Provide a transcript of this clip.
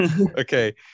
Okay